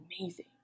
amazing